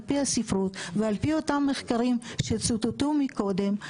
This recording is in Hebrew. פי הספרות ועל פי מחקרים שצוטטו מקודם,